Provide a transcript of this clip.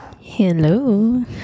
Hello